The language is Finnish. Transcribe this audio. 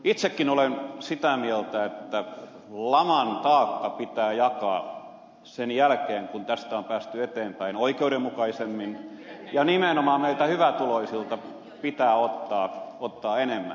itsekin olen sitä mieltä että laman taakka pitää jakaa sen jälkeen kun tästä on päästy eteenpäin oikeudenmukaisemmin ja nimenomaan meiltä hyvätuloisilta pitää ottaa enemmän